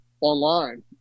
online